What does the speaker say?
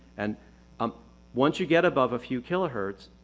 and um once you get above a few kilohertz,